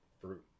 fruit